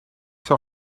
zal